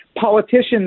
politicians